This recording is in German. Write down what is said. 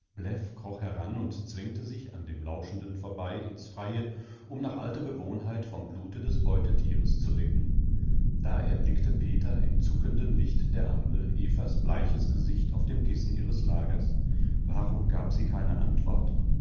heran und zwängte sich an dem lauschenden vorbei ins freie um nach alter gewohnheit vom blute des beutetieres zu lecken da erblickte peter im zuckenden licht der ampel evas bleiches gesicht auf dem kissen ihres lagers warum gab sie keine antwort